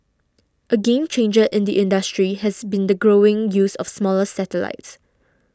a game changer in the industry has been the growing use of smaller satellites